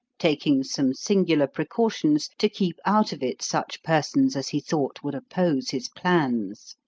taking some singular precautions to keep out of it such persons as he thought would oppose his plans.